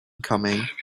coming